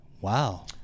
wow